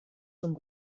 zum